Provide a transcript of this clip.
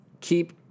keep